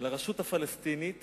לרשות הפלסטינית